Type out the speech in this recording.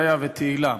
איה ותהילה.